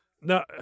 No